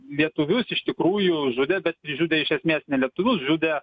lietuvius iš tikrųjų žudė bet žudė iš esmės ne lietuvius žudė